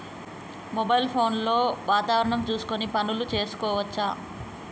Mobile phone లో వాతావరణం చూసుకొని పనులు చేసుకోవచ్చా?